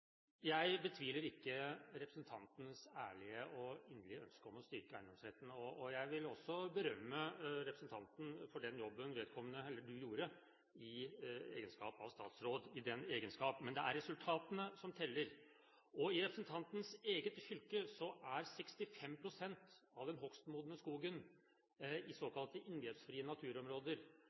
Jeg betviler ikke representantens ærlige og inderlige ønske om å styrke eiendomsretten. Jeg vil også berømme representanten for den jobben han gjorde i egenskap av statsråd. Men det er resultatene som teller. I representantens eget fylke er 65 pst. av den hogstmodne skogen i såkalte inngrepsfrie naturområder.